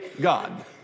God